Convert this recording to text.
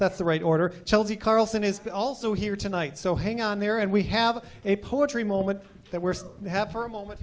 that's the right order chelsie carlson is also here tonight so hang on there and we have a poetry moment that we're so happy for a moment